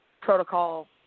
protocol